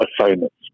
assignments